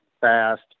fast